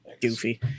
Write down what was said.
goofy